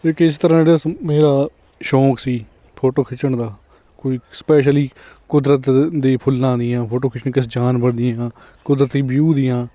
ਕਿਉਂਕਿ ਇਸ ਤਰਾਂ ਜਿਹੜਾ ਮੇਰਾ ਸ਼ੌਂਕ ਸੀ ਫੋਟੋ ਖਿੱਚਣ ਦਾ ਕੋਈ ਸਪੈਸ਼ਲੀ ਕੁਦਰਤ ਦੇ ਫੁੱਲਾਂ ਦੀਆਂ ਫੋਟੋ ਖਿੱਚਣ ਕਿਸੇ ਜਾਨਵਰ ਦੀਆਂ ਕੁਦਰਤੀ ਵਿਊ ਦੀਆਂ